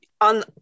on